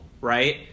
right